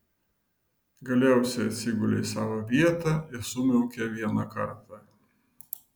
galiausiai atsigulė į savo vietą ir sumiaukė vieną kartą